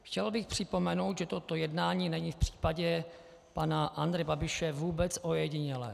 Chtěl bych připomenout, že toto jednání není v případě pana Andreje Babiše vůbec ojedinělé.